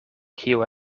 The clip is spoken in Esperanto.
kio